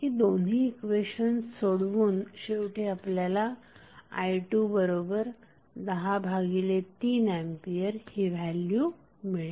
ही दोन्ही इक्वेशन्स सोडवून शेवटी आपल्याला i2103 एंपियर ही व्हॅल्यु मिळेल